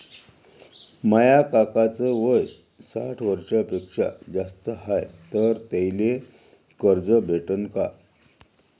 माया काकाच वय साठ वर्षांपेक्षा जास्त हाय तर त्याइले कर्ज भेटन का?